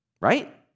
Right